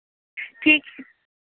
ठीक